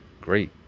great